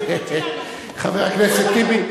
חבר הכנסת טיבי,